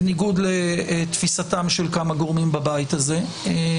בניגוד לתפיסתם של כמה גורמים בבית הזה.